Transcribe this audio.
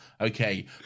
Okay